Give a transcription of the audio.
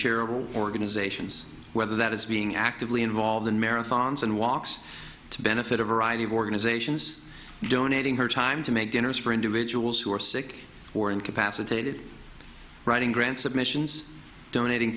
charitable organizations whether that is being actively involved in marathons and walks to benefit a variety of organizations donating her time to make dinners for individuals who are sick or incapacitated writing grant submissions donating